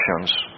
actions